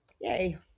yay